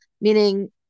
meaning